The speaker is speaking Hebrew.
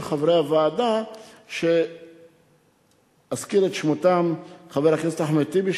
חברי הוועדה שאזכיר את שמותיהם: חבר הכנסת אחמד טיבי,